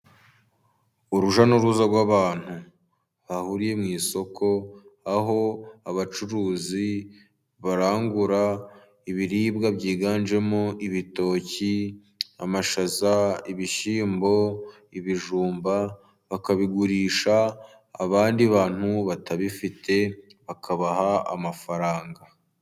Urujya n'uruza rw'abantu bahuriye mu isoko, aho abacuruzi barangura ibiribwa byiganjemo: ibitoki, amashaza, ibishyimbo, ibijumba bakabigurisha abandi bantu batabifite bakabaha amafaranga.